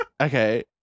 okay